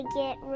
get